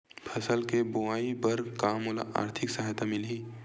फसल के बोआई बर का मोला आर्थिक सहायता मिलही?